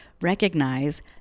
recognize